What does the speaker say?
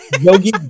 Yogi